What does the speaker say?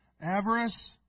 avarice